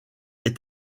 est